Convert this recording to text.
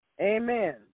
Amen